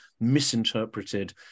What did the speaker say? misinterpreted